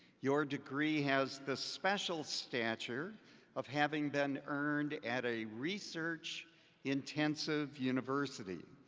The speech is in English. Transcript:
your degree has the special stature of having been earned at a research intensive university.